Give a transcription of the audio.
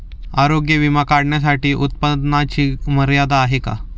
आरोग्य विमा काढण्यासाठी उत्पन्नाची मर्यादा आहे का?